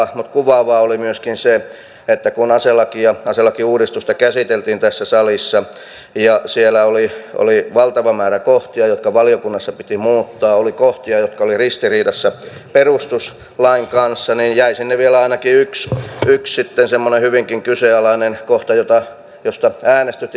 mutta kuvaavaa oli myöskin se että kun aselakiuudistusta käsiteltiin tässä salissa ja siellä oli valtava määrä kohtia jotka valiokunnassa piti muuttaa oli kohtia jotka olivat ristiriidassa perustuslain kanssa niin jäi sinne vielä ainakin yksi semmoinen hyvinkin kyseenalainen kohta josta äänestytin eduskuntaa